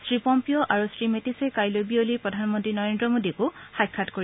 শ্ৰীপম্পিঅ' আৰু শ্ৰীমেটিছে কাইলৈ বিয়লি প্ৰধানমন্ত্ৰী নৰেন্দ্ৰ মোদীকো সাক্ষাৎ কৰিব